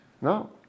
No